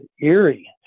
eerie